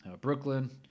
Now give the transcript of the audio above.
Brooklyn